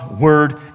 word